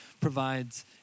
provides